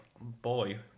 Boy